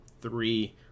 three